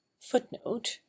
footnote